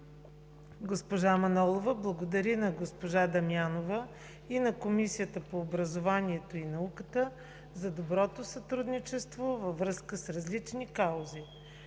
Госпожа Манолова благодари на госпожа Дамянова и на Комисията по образованието и науката за доброто сътрудничество във връзка с различни каузи: